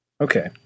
Okay